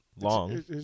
long